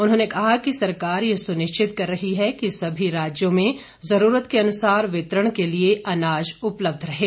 उन्होंने कहा कि सरकार यह सुनिश्चित कर रही है कि सभी राज्यों में जरूरत के अनुसार वितरण के लिए अनाज उपलब्ध रहें